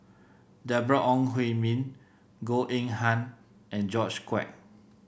Deborah Ong Hui Min Goh Eng Han and George Quek